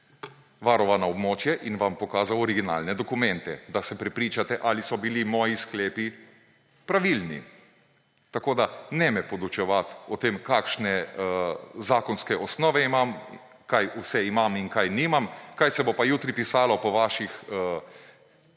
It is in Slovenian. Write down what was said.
varovano območje in vam pokazal originalne dokumente, da se prepričate, ali so bili moji sklepi pravilni. Tako da me ne podučevati o tem, kakšne zakonske osnove imam, kaj vse imam in kaj nimam. Kaj se bo pa jutri pisalo po vaših